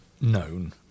known